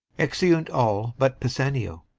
exeunt all but pisanio